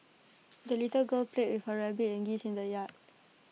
the little girl played with her rabbit and geese in the yard